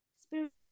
Spirit